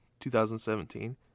2017